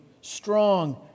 strong